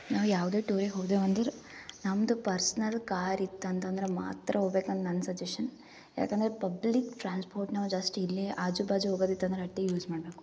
ನಾವು ಯಾವುದೇ ಟೂರಿಗೆ ಹೋದೆವು ಅಂದ್ರೆ ನಮ್ದು ಪರ್ಸ್ನಲ್ ಕಾರು ಇತ್ತು ಅಂತಂದ್ರೆ ಮಾತ್ರ ಹೋಗ್ಬೇಕ್ ಅಂತ ನನ್ನ ಸಜೆಶನ್ ಯಾಕಂದ್ರೆ ಪಬ್ಲಿಕ್ ಟ್ರಾನ್ಸ್ಫೋರ್ಟ್ ನಾವು ಜಾಸ್ತಿ ಇಲ್ಲಿ ಆಜು ಬಾಜು ಹೋಗೋದ್ ಇತ್ತು ಅಂದ್ರೆ ಅಟ್ಟೆ ಯೂಸ್ ಮಾಡ್ಬೇಕು